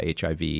HIV